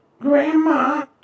Grandma